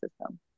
system